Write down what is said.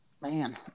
man